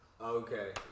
Okay